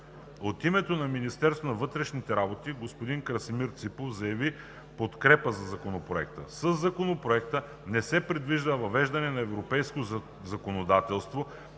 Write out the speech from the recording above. От името на Министерството на вътрешните работи господин Красимир Ципов заяви подкрепа за Законопроекта. Със Законопроекта не се предвижда въвеждане на европейско законодателство